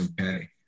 okay